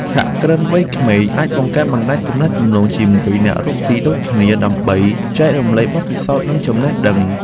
សហគ្រិនវ័យក្មេងអាចបង្កើតបណ្តាញទំនាក់ទំនងជាមួយអ្នករកស៊ីដូចគ្នា ដើម្បីចែករំលែកបទពិសោធន៍និងចំណេះដឹង។